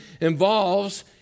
involves